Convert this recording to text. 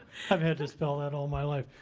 i've had to spell that all my life.